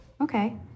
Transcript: Okay